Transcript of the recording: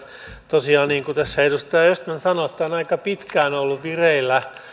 tosiaan niin kuin tässä edustaja östman sanoi tämä on aika pitkään ollut vireillä